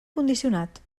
condicionat